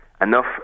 enough